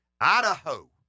Idaho